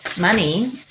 money